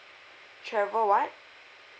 travel what